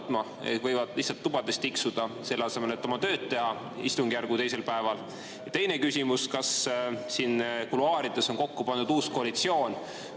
võivad lihtsalt tubades tiksuda, selle asemel et oma tööd teha istungjärgu teisel päeval? Ja teine küsimus: kas siin kuluaarides on kokku pandud uus koalitsioon,